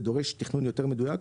זה דורש תכנון יותר מדויק,